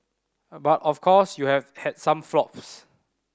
but of course you have had some flops